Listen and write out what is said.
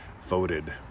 voted